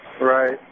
Right